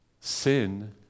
Sin